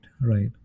Right